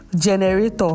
generator